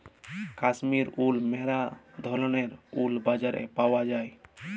Kashmir wool ম্যালা ধরলের wool বাজারে পাউয়া যায়